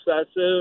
excessive